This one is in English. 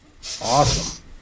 Awesome